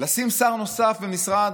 לשים שר נוסף במשרד,